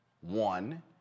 One